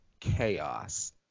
chaos